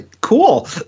cool